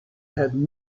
had